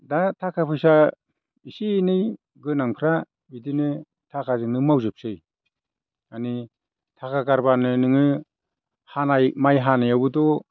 दा थाखा फैसा इसे एनै गोनांफ्रा बिदिनो थाखाजोंनो मावजोबसै माने थाखा गारबानो नोङो हानाय माइ हानायावबोथ'